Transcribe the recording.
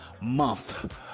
month